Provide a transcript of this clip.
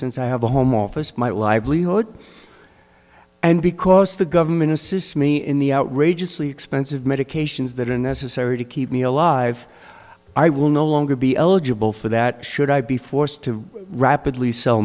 since i have a home office my livelihood and because the government assists me in the outrageously expensive medications that are necessary to keep me alive i will no longer be eligible for that should i be forced to rapidly sell